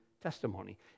testimony